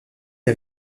les